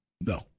No